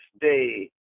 day